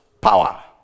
power